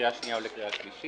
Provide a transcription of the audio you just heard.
לקריאה שנייה ולקריאה שלישית.